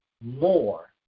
more